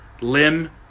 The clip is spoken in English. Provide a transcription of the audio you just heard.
Limb